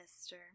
mister